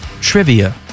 Trivia